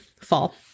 fall